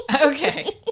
Okay